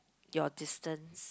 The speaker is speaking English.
your distance